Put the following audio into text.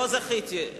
לא זכיתי,